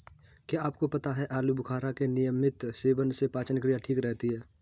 क्या आपको पता है आलूबुखारा के नियमित सेवन से पाचन क्रिया ठीक रहती है?